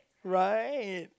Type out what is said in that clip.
right